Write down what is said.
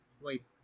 Wait